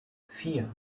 vier